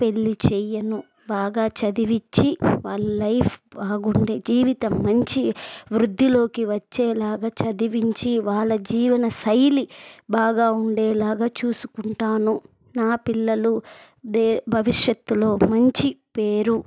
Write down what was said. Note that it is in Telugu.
పెళ్ళి చేయను బాగా చదివిచ్చి వాళ్ళ లైఫ్ బాగుంటే జీవితం మంచి వృద్దిలోకి వచ్చేలాగా చదివించి వాళ్ళ జీవన శైలి బాగా ఉండేలాగా చూసుకుంటాను నా పిల్లలు దే భవిష్యత్తులో మంచి పేరు